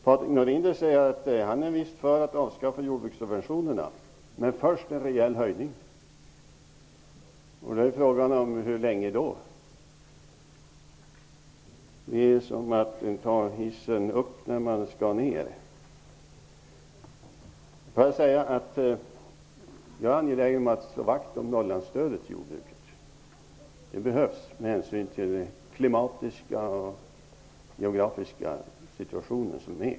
Patrik Norinder säger att han är för att avskaffa jorbrukssubventionerna, men först en rejäl höjning. Hur länge det skall fortsätta? Det är som att ta hissen upp när man skall ner. Jag är angelägen om att slå vakt om Norrlandsstödet till jordbruket. Det behövs av hänsyn till klimatiska och geografiska skäl.